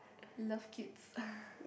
love kids